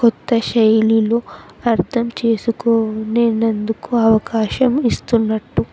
కొత్త శైలులు అర్థం చేసుకోలేనందుకు అవకాశం ఇస్తున్నట్టు